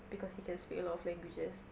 because he can speak a lot of languages